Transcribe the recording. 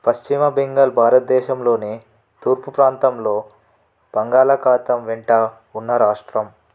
పశ్చిమ బెంగాల్ భారతదేశంలోనే తూర్పు ప్రాంతంలో బంగాళాఖాతం వెంట ఉన్న రాష్ట్రం